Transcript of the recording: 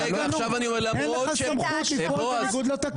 אין לך סמכות לפעול בניגוד לתקנון.